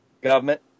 Government